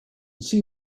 see